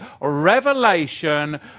Revelation